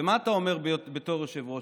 ומה אתה אומר בתור יושב-ראש?